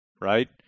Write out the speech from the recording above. right